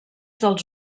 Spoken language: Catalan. dels